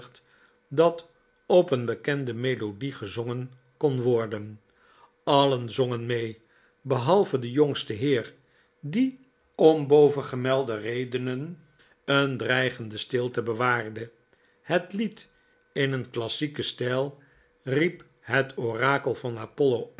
dat op een bekende melodie gezongen kon worden allen zongen mee behalve de jongste heer die om bovengemelde redenen een dreigende stilte bewaarde het lied in een klassieken stijl riep het orakel van